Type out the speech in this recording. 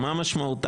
מה המשמעות?